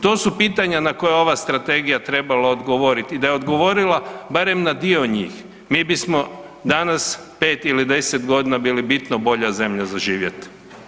To su pitanja na koja je ova strategija trebala i da je odgovorila barem na dio njih mi bismo danas 5 ili 10 godina bili bitno bolja zemlja za živjeti.